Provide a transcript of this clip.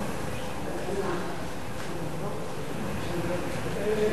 בסדר-היום של הכנסת נתקבלה.